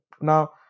now